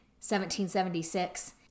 1776